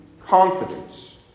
confidence